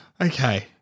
Okay